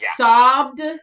sobbed